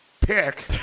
Pick